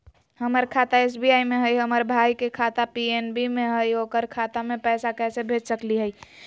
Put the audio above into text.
हमर खाता एस.बी.आई में हई, हमर भाई के खाता पी.एन.बी में हई, ओकर खाता में पैसा कैसे भेज सकली हई?